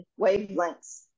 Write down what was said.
wavelengths